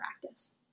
practice